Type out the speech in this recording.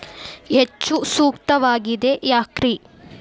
ಹೆಚ್ಚು ಸೂಕ್ತವಾಗಿದೆ ಯಾಕ್ರಿ?